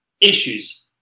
Issues